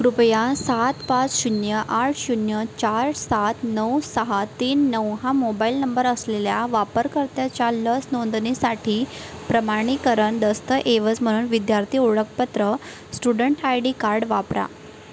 कृपया सात पाच शून्य आठ शून्य चार सात नऊ सहा तीन नऊ हा मोबाईल नंबर असलेल्या वापरकर्त्याच्या लस नोंदणीसाठी प्रमाणीकरण दस्तऐवज म्हणून विद्यार्थी ओळखपत्र स्टुडंट आय डी कार्ड वापरा